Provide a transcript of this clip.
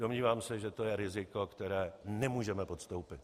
Domnívám se, že to je riziko, které nemůžeme podstoupit.